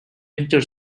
winter